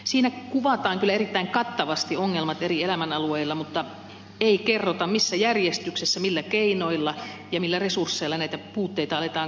siinä kuvataan kyllä erittäin kattavasti ongelmat eri elämänalueilla mutta ei kerrota missä järjestyksessä millä keinoilla ja millä resursseilla näitä puutteita aletaan korjata